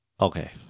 Okay